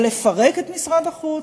אבל לפרק את משרד החוץ?